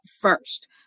first